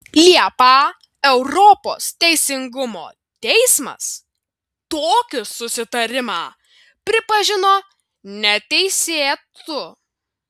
liepą europos teisingumo teismas tokį susitarimą pripažino neteisėtu